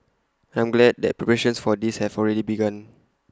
I'm glad that preparations for this have already begun